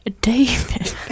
David